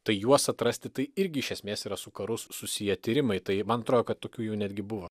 tai juos atrasti tai irgi iš esmės yra su karu susiję tyrimai tai man atrodo kad tokių jų netgi buvo